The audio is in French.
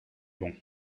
bon